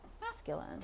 masculine